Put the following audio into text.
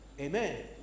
Amen